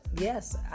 yes